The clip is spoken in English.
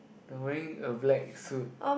they wearing a black suit